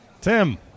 Tim